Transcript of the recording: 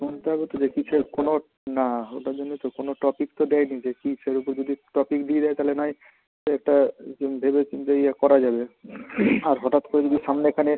শুনতে হবে তো যে কীসের কোনো না ওটার জন্যই তো কোনো টপিক তো দেয় নি যে কীসের ওপর যদি টপিক দিয়ে দেয় তালে নয় একটা আর কি ভেবে চিন্তে ইয়ে করা যাবে আর হঠাৎ করে যদি সামনে এখানে